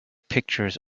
pictures